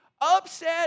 upset